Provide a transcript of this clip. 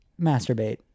masturbate